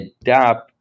adapt